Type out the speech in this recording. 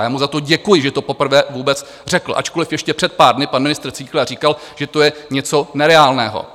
A já mu za to děkuji, že to poprvé vůbec řekl, ačkoliv ještě před pár dny pan ministr Síkela říkal, že to je něco nereálného.